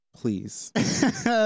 please